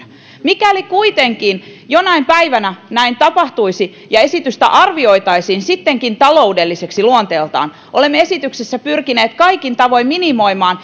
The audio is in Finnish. mikäli kuitenkin jonain päivänä näin tapahtuisi ja esitystä arvioitaisiin sittenkin taloudelliseksi luonteeltaan olemme esityksessä pyrkineet kaikin tavoin minimoimaan